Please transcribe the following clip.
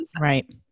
Right